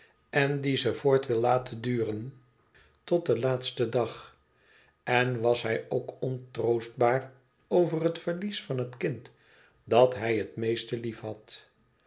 en die ze voort wil laten duren tot den laatsten dag en was hij ook ontroostbaar over het verlies van het kind dat hij het meeste lief